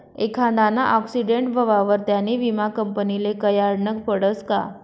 एखांदाना आक्सीटेंट व्हवावर त्यानी विमा कंपनीले कयायडनं पडसं का